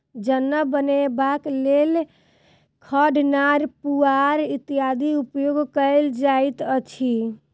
जुन्ना बनयबाक लेल खढ़, नार, पुआर इत्यादिक उपयोग कयल जाइत अछि